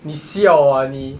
你 siao ah 你